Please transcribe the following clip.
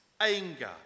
Anger